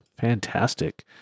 Fantastic